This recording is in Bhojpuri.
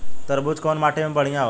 तरबूज कउन माटी पर बढ़ीया होला?